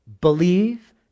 believe